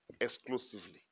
exclusively